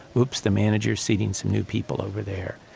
oops, the manager's seating some new people over there.